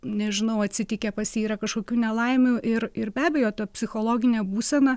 nežinau atsitikę pas jį yra kažkokių nelaimių ir ir be abejo ta psichologinė būsena